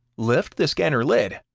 lift the scanner lid,